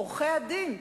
עורכי-הדין,